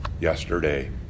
yesterday